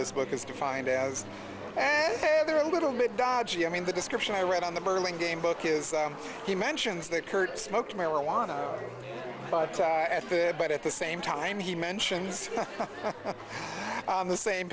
this book is defined as they're a little bit dodgy i mean the description i read on the burlingame book is he mentions that kurt smoked marijuana but at the but at the same time he mentions the same